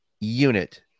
unit